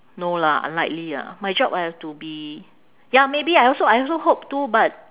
no lah unlikely ah my job I have to be ya maybe I also I also hope too but